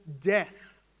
death